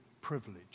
privilege